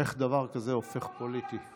איך דבר כזה הופך פוליטי?